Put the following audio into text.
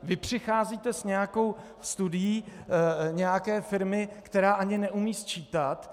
Vy přicházíte s nějakou studií nějaké firmy, která neumí ani sčítat.